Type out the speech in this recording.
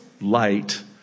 light